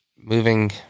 Moving